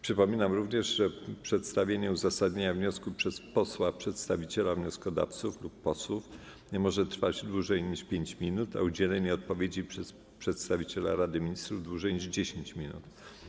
Przypominam również, że przedstawienie uzasadnienia wniosku przez posła przedstawiciela wnioskodawców lub posłów nie może trwać dłużej niż 5 minut, a udzielenie odpowiedzi przez przedstawiciela Rady Ministrów - dłużej niż 10 minut.